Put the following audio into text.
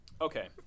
Okay